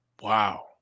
Wow